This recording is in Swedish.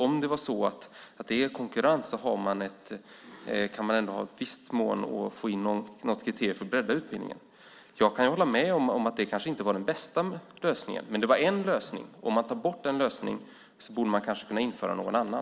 Om det råder konkurrens kan man i viss mån få in något kriterium för att bredda utbildningen. Jag kan hålla med om att detta kanske inte var den bästa lösningen. Men det var en lösning, och om man tar bort en lösning borde man kunna införa någon annan.